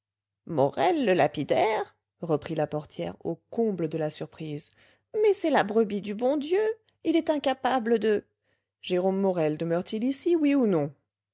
morel le lapidaire reprit la portière au comble de la surprise mais c'est la brebis du bon dieu il est incapable de jérôme morel demeure-t-il ici oui ou non